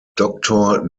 doctor